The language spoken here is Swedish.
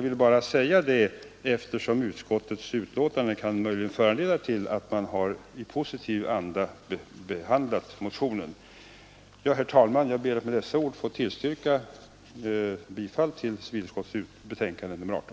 vill bara säga det, eftersom utskottets betänkande möjligen kan ge någon den uppfattningen att utskottet har behandlat motionen i positiv anda. Herr talman! Med dessa ord ber jag att få yrka bifall till civilutskottets betänkande nr 18.